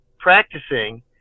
practicing